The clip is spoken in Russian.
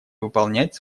выполнять